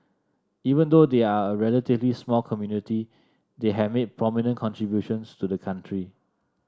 even though they are a relatively small community they have made prominent contributions to the country